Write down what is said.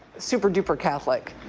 super duper catholic.